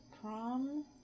prom